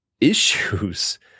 issues